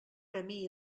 camí